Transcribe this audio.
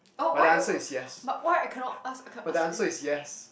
but the answer is yes but the answer is yes